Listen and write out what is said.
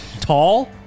tall